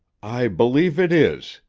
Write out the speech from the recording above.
i believe it is,